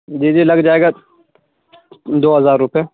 جی جی لگ جائے گا دو ہزار روپے